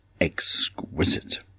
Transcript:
exquisite